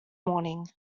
morning